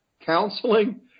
counseling